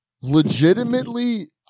Legitimately